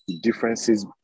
differences